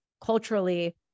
culturally